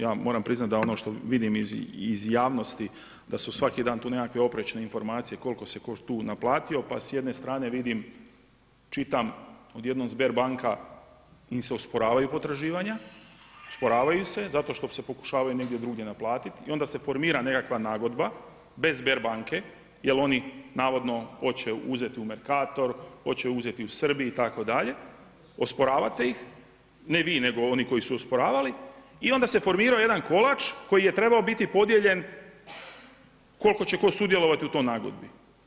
Ja moram priznati da ono što vidim iz javnosti da su svaki dan tu nekakve oprečne informacije koliko se tu naplatio pa s jedne strane vidim čitam odjednom Sberbanka im se osporavaju potraživanja, osporavaju se zato što se pokušavaju negdje drugdje naplatiti i onda se formira nekakva nagodba bez Sberbanke jel oni navodno hoće uzeti u Mercator, hoće uzeti u Srbiji itd. osporavate ih, ne vi nego oni koji su osporavali, i onda se formirao jedan kolač koji je trebao biti podijeljen koliko će tko sudjelovati u toj nagodbi.